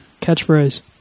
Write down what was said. Catchphrase